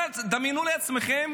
דמיינו לעצמכם